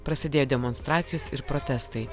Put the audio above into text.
prasidėjo demonstracijos ir protestai